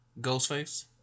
Ghostface